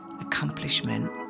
accomplishment